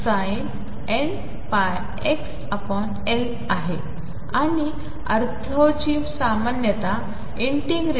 आणि ऑर्थोची सामान्यता 2LsinmπxLsinnπxLdxmn